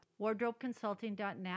wardrobeconsulting.net